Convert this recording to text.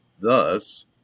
Thus